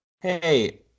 Hey